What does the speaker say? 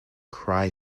cry